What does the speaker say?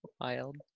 Wild